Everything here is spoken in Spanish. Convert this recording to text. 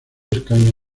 escaño